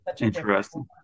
Interesting